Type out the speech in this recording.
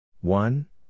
One